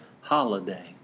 holiday